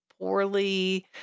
poorly